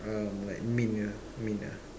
um like mint ya mint ah